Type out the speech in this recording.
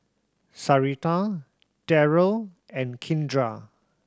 Sarita Daryl and Kindra